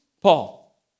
Paul